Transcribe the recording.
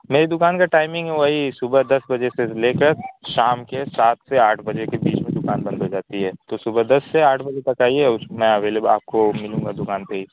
میری دکان کا ٹائمنگ ہے وہی صبح دس بجے سے لے کر شام کے سات سے آٹھ بجے کے بیچ میں دکان بند ہو جاتی ہے تو صبح دس سے آٹھ بجے تک آئیے اس میں اویلیبل آپ کو ملوں گا دکان پہ ہی